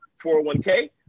401k